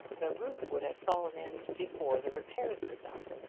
the roof would have fallen in before the repairs were done.